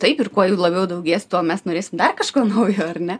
taip ir kuo jų labiau daugės tuo mes norėsim dar kažko naujo ar ne